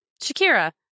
Shakira